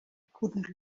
couldn’t